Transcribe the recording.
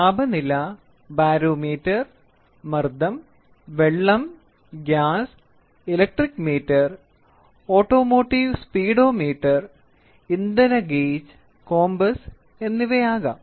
താപനില ബാരോമീറ്റർ മർദ്ദം വെള്ളം gas electric meter automotive speedometer ഇന്ധന ഗേജ് കോമ്പസ് എന്നിവ ആകാം